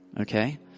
Okay